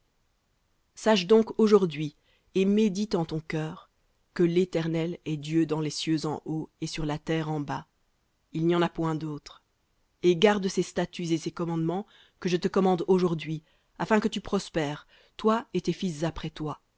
sache donc aujourd'hui et médite en ton cœur que l'éternel est dieu dans les cieux en haut et sur la terre en bas il n'y en a point dautre et garde ses statuts et ses commandements que je te commande aujourd'hui afin que tu prospères toi et tes fils après toi